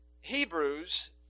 Hebrews